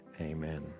Amen